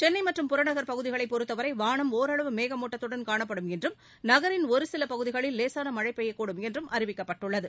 சென்னைமற்றும் புறநகர் பகுதிகளைப் பொறுத்தவரைவானம் ஒரளவு மேகமூட்டத்துடன் காணப்படும் என்றும் நகரின் ஒருசிலபகுதிகளில் லேசானமழைபெய்யக்கூடும் என்றும் அறிவிக்கப்பட்டுள்ளது